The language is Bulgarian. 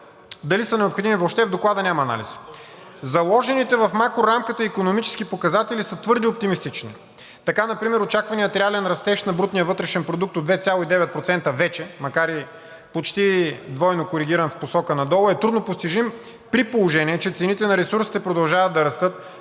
Дали са необходими въобще, в Доклада няма анализ. Заложените в макрорамката икономически показатели са твърде оптимистични. Така например очакваният реален растеж на брутния вътрешен продукт от 2,9% вече, макар и почти двойно коригиран в посока надолу, е трудно постижим, при положение че цените на ресурсите продължават да растат, веригите